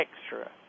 extra